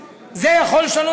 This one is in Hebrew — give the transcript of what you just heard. לא משקיעים בבורסה הישראלית.